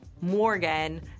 Morgan